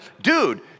dude